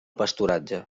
pasturatge